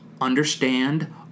understand